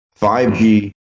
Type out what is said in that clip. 5G